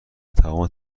تمام